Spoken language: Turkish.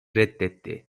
reddetti